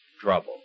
trouble